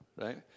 right